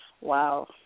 Wow